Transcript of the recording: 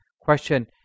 question